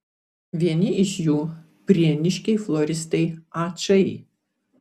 vieni iš jų prieniškiai floristai ačai